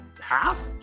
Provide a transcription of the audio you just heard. half